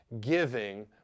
giving